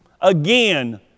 again